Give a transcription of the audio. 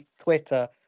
Twitter